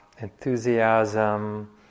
enthusiasm